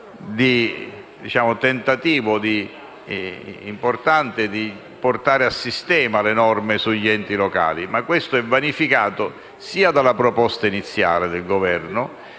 di portare a sistema le norme sugli enti locali. Ciò è però vanificato sia dalla proposta iniziale del Governo,